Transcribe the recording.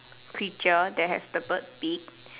creature that have the bird beaks